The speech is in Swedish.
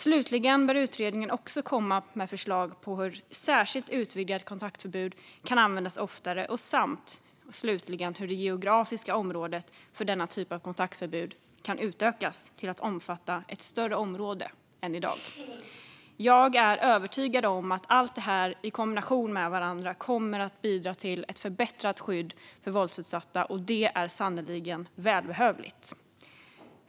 Slutligen bör utredningen komma med förslag på hur särskilt utvidgat kontaktförbud kan användas oftare samt hur det geografiska området för denna typ av kontaktförbud kan utökas till att omfatta ett större område än i dag. Jag är övertygad om att allt detta i kombination kommer att bidra till ett förbättrat skydd för våldsutsatta, vilket sannerligen är välbehövligt.